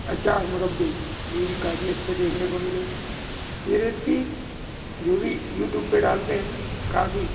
अचार मुरब्बे ये भी काफ़ी अच्छे देखने को मिले ये रेसिपी जो भी यूटूब पर डालते हैं काफ़ी